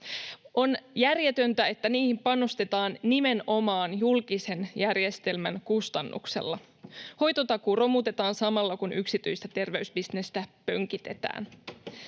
On järjetöntä, että niihin panostetaan nimenomaan julkisen järjestelmän kustannuksella. Hoitotakuu romutetaan samalla, kun yksityistä terveysbisnestä pönkitetään.